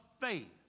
faith